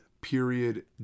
period